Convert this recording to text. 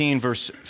verse